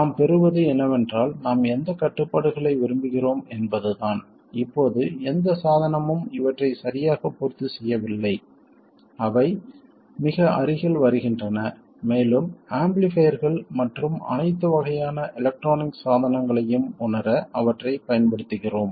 நாம் பெறுவது என்னவென்றால் நாம் எந்தக் கட்டுப்பாடுகளை விரும்புகிறோம் என்பதுதான் இப்போது எந்தச் சாதனமும் இவற்றைச் சரியாகப் பூர்த்தி செய்யவில்லை அவை மிக அருகில் வருகின்றன மேலும் ஆம்பிளிஃபைர்கள் மற்றும் அனைத்து வகையான எலெக்ட்ரானிக் சாதனங்களையும் உணர அவற்றைப் பயன்படுத்துகிறோம்